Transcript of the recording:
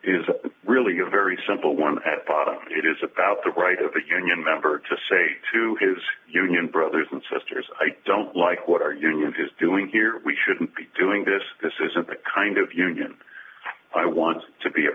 is really a very simple one at bottom it is about the right of a union member to say to his union brothers and sisters i don't like what our union is doing here we shouldn't be doing this this isn't the kind of union i want to be a